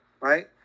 right